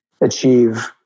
achieve